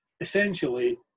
Essentially